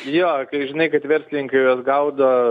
jo žinai kad verslininkai juos gaudo